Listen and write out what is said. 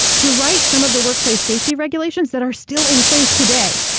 to write some of the workplace safety regulations that are still in place today.